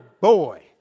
boy